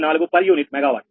84 per unit megawatt